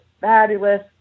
fabulous